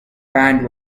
band